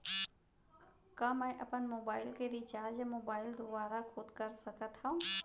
का मैं अपन मोबाइल के रिचार्ज मोबाइल दुवारा खुद कर सकत हव?